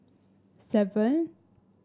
seven